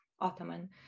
Ottoman